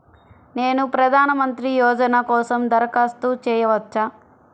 నేను ప్రధాన మంత్రి యోజన కోసం దరఖాస్తు చేయవచ్చా?